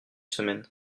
semaine